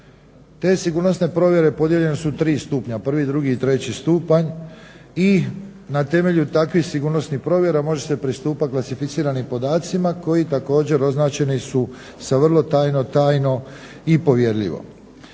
Te sigurnosne provjere podijeljene su u tri stupnja: prvi, drugi i treći stupanj i na temelju takvih sigurnosnih provjera može se pristupat klasificiranim podacima koji su također označeni sa vrlo tajno, tajno i povjerljivo.